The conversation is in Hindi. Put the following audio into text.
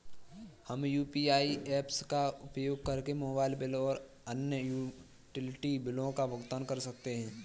हम यू.पी.आई ऐप्स का उपयोग करके मोबाइल बिल और अन्य यूटिलिटी बिलों का भुगतान कर सकते हैं